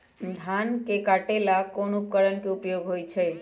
धान के काटे का ला कोंन उपकरण के उपयोग होइ छइ?